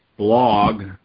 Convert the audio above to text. Blog